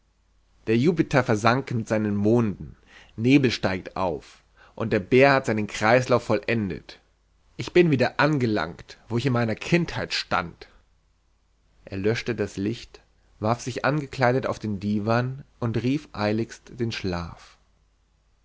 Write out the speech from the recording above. der jupiter versank mit seinen monden nebel steigt auf und der bär hat seinen kreislauf vollendet ich bin wieder angelangt wo ich in meiner kindheit stand er löschte das licht warf sich angekleidet auf den diwan und rief eiligst den schlaf